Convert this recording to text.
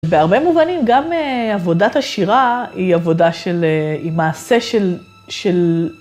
בהרבה מובנים גם עבודת השירה, היא עבודה של, היא מעשה של...